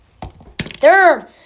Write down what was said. Third